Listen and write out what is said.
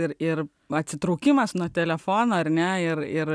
ir ir atsitraukimas nuo telefono ar ne ir ir